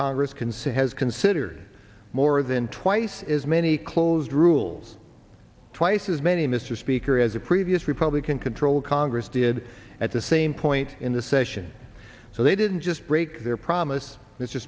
say has considered more than twice as many close rules twice as many mr speaker as a previous republican controlled congress did at the same point in the session so they didn't just break their promise mr